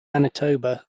manitoba